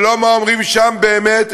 ולא מה אומרים שם באמת,